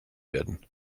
werden